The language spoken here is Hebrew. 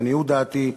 לעניות דעתי,